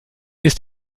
ist